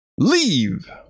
leave